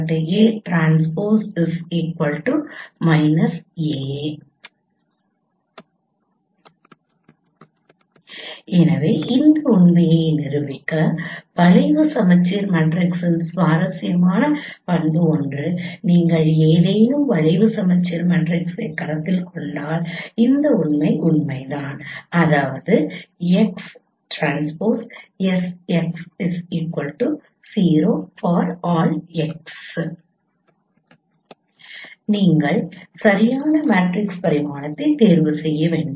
𝐴𝑇 −𝐴 எனவே இந்த உண்மையை நிரூபிக்க வளைவு சமச்சீர் மேட்ரிக்ஸின் சுவாரஸ்யமான பண்பு ஒன்று நீங்கள் ஏதேனும் வளைவு சமச்சீர் மேட்ரிக்ஸைக் கருத்தில் கொண்டால் இந்த உண்மை உண்மைதான் அதாவது 𝑋𝑇𝑆𝑋 0 𝑓𝑜𝑟 𝑎𝑙𝑙 𝑋 நீங்கள் சரியான மேட்ரிக்ஸ் பரிமாணத்தை தேர்வு செய்ய வேண்டும்